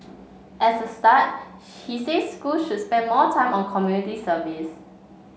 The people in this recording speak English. as a start he says schools should spend more time on community service